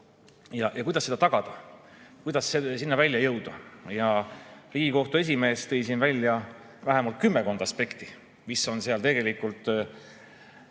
Kuidas seda tagada, kuidas sinna välja jõuda? Riigikohtu esimees tõi siin välja vähemalt kümmekond aspekti, mis on seal tegelikult